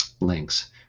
links